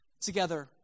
together